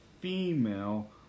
female